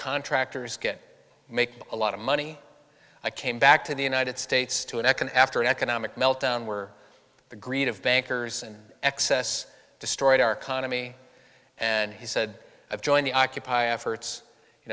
contractors can make a lot of money i came back to the united states to a neck and after economic meltdown were the greed of bankers and excess destroyed our economy and he said i've joined the occupy efforts you